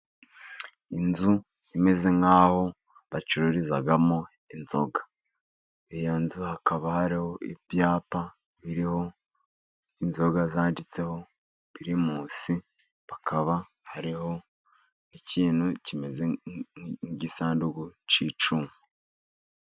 Inzu imeze nk'aho bacururizamo inzoga. Iyo nzu hakaba hariho ibyapa biriho inzoga zanditseho pirimusi. Hakaba hariho n'ikintu kimeze nk'igisanduku cy'icyuma.